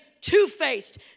two-faced